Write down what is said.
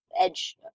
edge